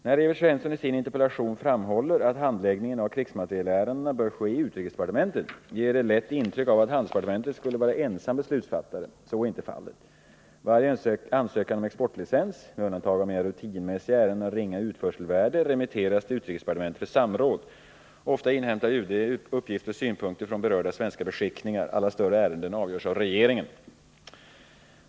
När Evert Svensson i sin interpellation framhåller att handläggningen av krigsmaterielärenden bör ske i utrikesdepartementet ger det lätt intryck av att handelsdepartementet skulle vara ensam beslutsfattare. Så är inte fallet. Varje ansökan om exportlicens — med undantag av mer rutinmässiga ärenden med ringa utförselvärde — remitteras till utrikesdepartementet för samråd. Ofta inhämtar UD uppgifter och synpunkter från berörda svenska beskickningar. Alla större ärenden avgörs av regeringen.